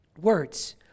words